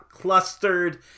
clustered